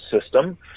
system